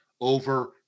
Over